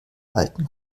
alten